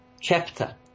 chapter